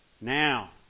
now